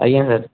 ଆଜ୍ଞା ସାର୍